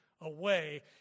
away